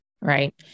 Right